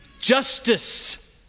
justice